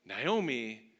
Naomi